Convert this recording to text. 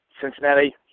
Cincinnati